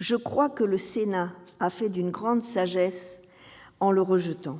je crois que le Sénat a fait preuve d'une grande sagesse en le rejetant.